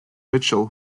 mitchell